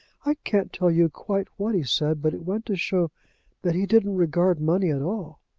i can't tell you quite what he said, but it went to show that he didn't regard money at all.